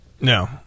No